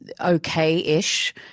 okay-ish